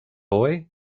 boy